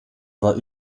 war